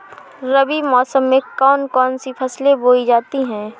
रबी मौसम में कौन कौन सी फसलें बोई जाती हैं?